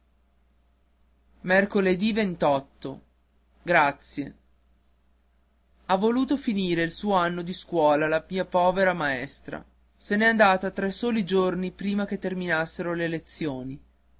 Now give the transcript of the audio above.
mercoledì ha voluto finire il suo anno di scuola la mia povera maestra se n'è andata tre soli giorni prima che terminassero le lezioni